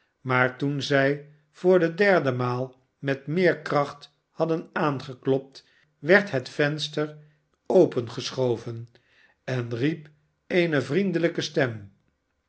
maar toen zij voor de derde maal met meerkracht hadden aangeklopt werd het venster opengeschoven en hep eene vnendehjke stem